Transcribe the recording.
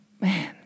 man